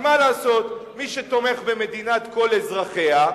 כי מה לעשות, מי שתומך במדינת כל אזרחיה,